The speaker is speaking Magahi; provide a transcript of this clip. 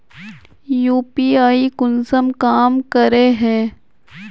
यु.पी.आई कुंसम काम करे है?